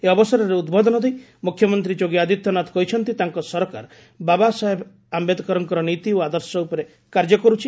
ଏହି ଅବସରରେ ଉଦ୍ବୋଧନ ଦେଇ ମୁଖ୍ୟମନ୍ତ୍ରୀ ଯୋଗୀ ଆଦିତ୍ୟନାଥ କହିଛନ୍ତି ତାଙ୍କ ସରକାର ବାବାସାହେବ ଆମ୍ଭେଦକରଙ୍କ ନୀତି ଓ ଆଦର୍ଶ ଉପରେ କାର୍ଯ୍ୟ କରୁଛି